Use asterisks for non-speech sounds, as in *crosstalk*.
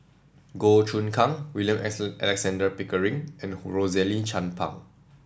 Goh Choon Kang William *unintelligible* Alexander Pickering and Rosaline Chan Pang